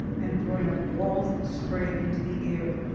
and throwing up walls of spray into the air.